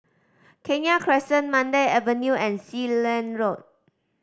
Kenya Crescent Mandai Avenue and Sealand Road